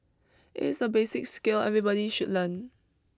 it's a basic skill everybody should learn